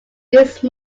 use